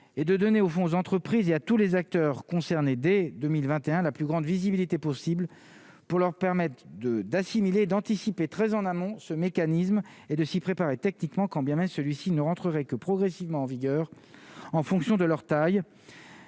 et de donner au fond aux entreprises et à tous les acteurs concernés dès 2021, la plus grande visibilité possible pour leur permette de d'assimiler d'anticiper, très en amont, ce mécanisme et de s'y préparer tactiquement, quand bien même celui-ci ne rentreraient que progressivement en vigueur, en fonction de leur taille,